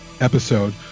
episode